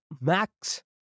Max